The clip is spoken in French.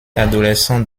adolescent